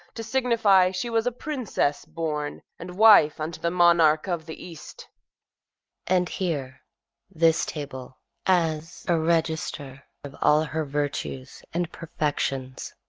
to signify she was a princess born, and wife unto the monarch of the east and here this table as a register of all her virtues and perfections.